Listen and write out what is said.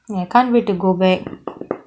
I can't wait to go back